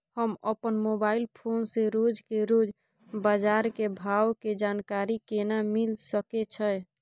हम अपन mobile phone से रोज के रोज बाजार के भाव के जानकारी केना मिल सके छै?